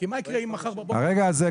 כי מה יקרה אם מחר בבוקר --- הרגע הזה,